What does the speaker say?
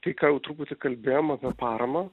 tai ką jau truputį kalbėjom apie paramą